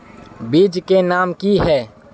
बीज के नाम की है?